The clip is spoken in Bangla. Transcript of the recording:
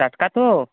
টাটকা তো